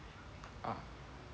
up~